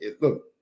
Look